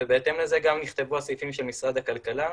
בהתאם לזה גם נכתבו הסעיפים של משרד הכלכלה,